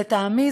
לטעמי,